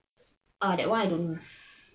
uh that [one] I don't know